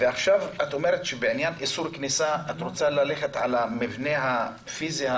ועכשיו את אומרת שבעניין איסור כניסה את רוצה ללכת על המבנה הפיזי.